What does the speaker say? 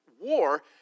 war